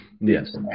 Yes